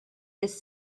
this